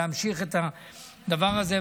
להמשיך את הדבר הזה,